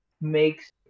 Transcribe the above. makes